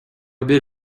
бир